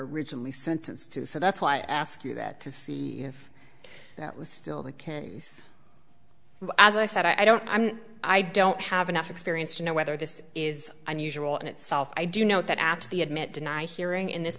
originally sentenced to so that's why i ask you that to see if that was still the kinsey's as i said i don't i'm i don't have enough experience to know whether this is unusual in itself i do know that after the admit deny hearing in this